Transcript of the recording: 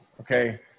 okay